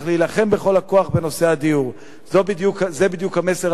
צריך להילחם בכל הכוח בנושא הדיור." זה בדיוק המסר,